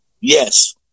Yes